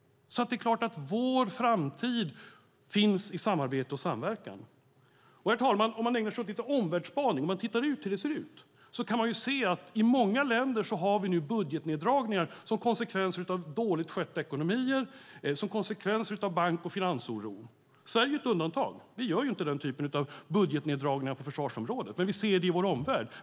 Det är klart att vår framtid finns i samarbete och samverkan. Om vi ägnar oss åt lite omvärldsspaning och tittar på hur det ser ut kan vi se att man i många länder har budgetneddragningar som konsekvens av dåligt skötta ekonomier och bank och finansoro. Sverige är ett undantag. Vi gör inte den typen av budgetneddragningar på försvarsområdet, men vi ser det i vår omvärld.